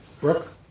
Brooke